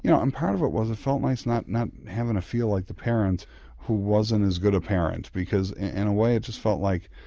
you know and part of it was it felt nice not not having to feel like the parent who wasn't as good a parent, because in a way it just felt like,